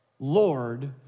Lord